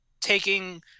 taking –